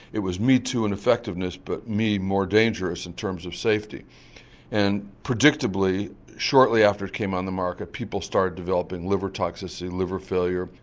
it was me too in effectiveness, but me more dangerous in terms of safety and predictably shortly after it came on the market people started developing liver toxicity and liver failure,